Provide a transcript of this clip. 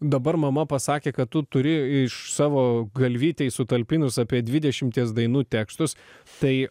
dabar mama pasakė kad tu turi iš savo galvytėj sutalpinus apie dvidešimties dainų tekstus tai